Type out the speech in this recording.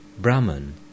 Brahman